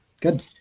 good